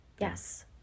Yes